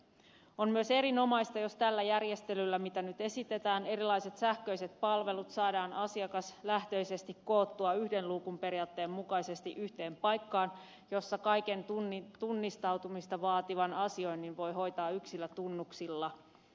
on myös erinomaista jos tällä järjestelyllä mitä nyt esitetään erilaiset sähköiset palvelut saadaan asiakaslähtöisesti koottua yhden luukun periaatteen mukaisesti yhteen paikkaan jossa kaiken tunnistautumista vaativan asioinnin voi hoitaa yksillä tunnuksilla